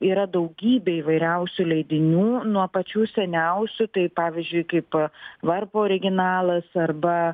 yra daugybė įvairiausių leidinių nuo pačių seniausių tai pavyzdžiui kaip varpo originalas arba